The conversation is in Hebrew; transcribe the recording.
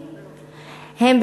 הן,